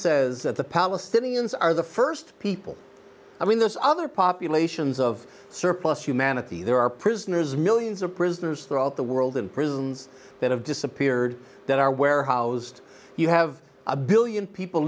says that the palestinians are the first people i mean this other populations of surplus humanity there are prisoners millions of prisoners throughout the world and prisons that have disappeared that are warehoused you have a billion people